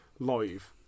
live